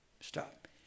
stop